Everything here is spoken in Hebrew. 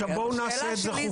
בואו נעשה את זה חוקי.